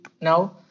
now